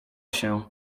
się